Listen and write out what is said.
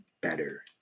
better